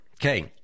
Okay